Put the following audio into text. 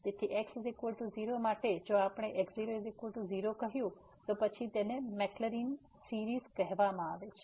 તેથી x 0 માટે જો આપણે આ x00 કહ્યું તો પછી તેને મેક્લરિનMaclaurin's સીરીઝ કહેવામાં આવે છે